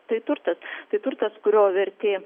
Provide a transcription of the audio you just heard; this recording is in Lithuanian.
tai turtas tai turtas kurio vertė